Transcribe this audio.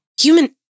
Human